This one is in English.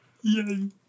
Yay